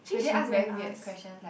do they ask very weird questions like